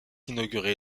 inauguré